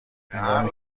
هنگامی